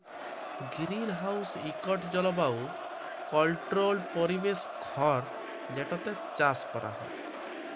greenhouse ইকট জলবায়ু controlled পরিবেশ ঘর যেটতে চাষ ক্যরা হ্যয়